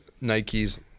nike's